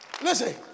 listen